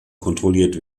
kontrolliert